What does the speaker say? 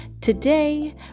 Today